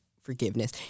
forgiveness